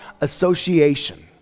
association